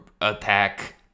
attack